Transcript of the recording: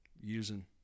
using